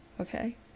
Okay